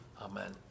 Amen